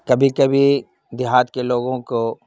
کبھی کبھی دیہات کے لوگوں کو